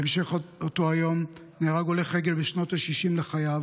בהמשך אותו היום נהרג הולך רכב בשנות השישים לחייו,